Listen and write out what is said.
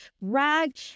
Rag